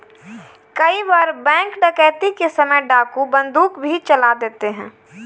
कई बार बैंक डकैती के समय डाकू बंदूक भी चला देते हैं